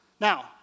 Now